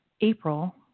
April